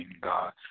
God